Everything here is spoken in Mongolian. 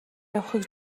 явахыг